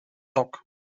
dock